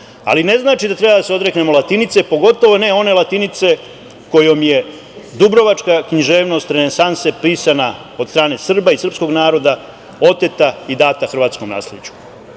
to ne znači da treba da se odreknemo latinice, pogotovo ne one latinice kojom je dubrovačka književnost renesanse pisana od strane Srba i srpskog naroda, oteta i data hrvatskom nasleđu.